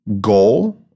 goal